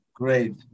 Great